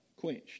quenched